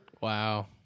Wow